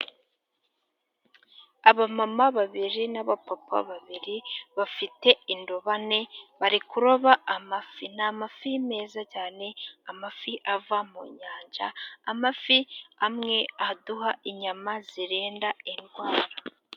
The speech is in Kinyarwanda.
Abamama babiri, n'abapapa babiri, bafite indobane bari kuroba amafi n'amafi meza cyane amafi ava mu nyanja amafi amwe aduha inyama zirinda indwara.